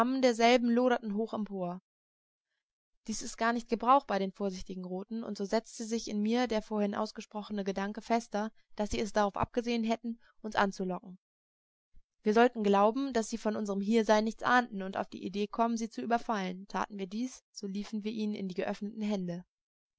derselben loderten hoch empor dies ist gar nicht gebrauch bei den vorsichtigen roten und so setzte sich in mir der vorhin ausgesprochene gedanke fester daß sie es darauf abgesehen hätten uns anzulocken wir sollten glauben daß sie von unserm hiersein nichts ahnten und auf die idee kommen sie zu überfallen taten wir dies so liefen wir ihnen in die geöffneten hände